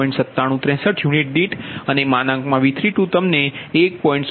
9763 unit દીઠ અને V32તમને 1